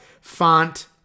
font